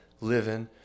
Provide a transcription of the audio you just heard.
living